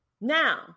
Now